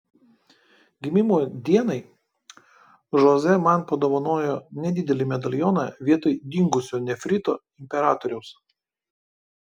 gimimo dienai žoze man padovanojo nedidelį medalioną vietoj dingusio nefrito imperatoriaus